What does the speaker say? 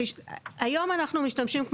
והנזקקים נמצאים בסוציו אחר לגמרי מהחישוב שלו.